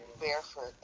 barefoot